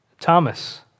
Thomas